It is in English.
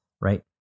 Right